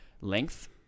length